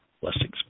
Blessings